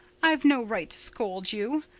i've no right to scold you.